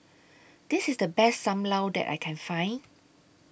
This IS The Best SAM Lau that I Can Find